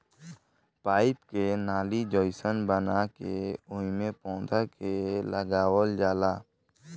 pipe के नाली जइसन बना के ओइमे पौधा के लगावल जाला